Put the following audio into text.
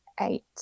eight